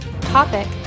Topic